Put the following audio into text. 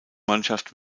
mannschaft